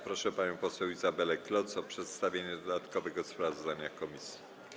Proszę panią poseł Izabelę Kloc o przedstawienie dodatkowego sprawozdania komisji.